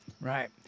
Right